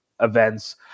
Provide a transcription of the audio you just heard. events